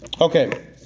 Okay